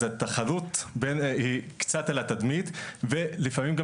אז התחרות קצת על התדמית ולפעמים גם